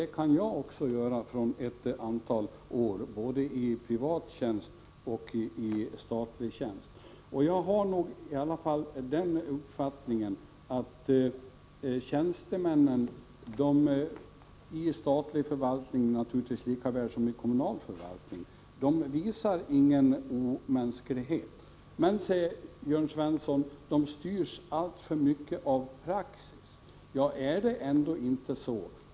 Det kan också jag göra efter ett antal år i både privat och statlig tjänst. Min uppfattning är att tjänstemän i statlig förvaltning lika väl som tjänstemän inom den privata sektorn inte visar upp någon omänsklighet. De styrs alltför mycket av praxis, säger Jörn Svensson.